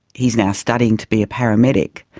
he is now studying to be a paramedic,